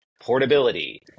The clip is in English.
portability